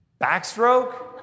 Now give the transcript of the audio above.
Backstroke